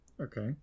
Okay